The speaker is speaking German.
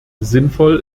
sinnvoll